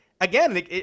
again